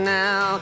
now